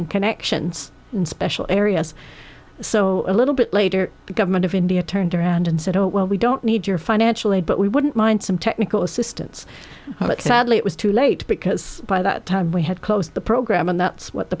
and connections and special areas so a little bit later the government of india turned around and said oh well we don't need your financial aid but we wouldn't mind some technical assistance but sadly it was too late because by that time we had closed the program and that's what the